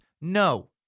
No